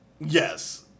Yes